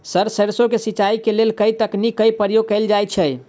Sir सैरसो केँ सिचाई केँ लेल केँ तकनीक केँ प्रयोग कैल जाएँ छैय?